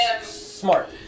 smart